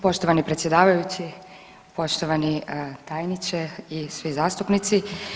Poštovani predsjedavajući, poštovani tajniče i svi zastupnici.